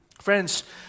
Friends